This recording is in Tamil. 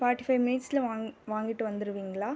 ஃபார்ட்டி ஃபைவ் மினிட்ஸில் வாங் வாங்கிட்டு வந்துடுவீங்களா